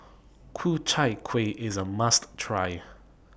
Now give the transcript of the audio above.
Ku Chai Kueh IS A must Try